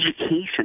education